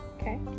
okay